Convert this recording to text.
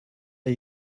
are